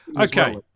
okay